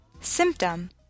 Symptom